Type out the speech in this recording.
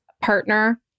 partner